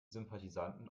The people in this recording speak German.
sympathisanten